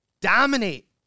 dominate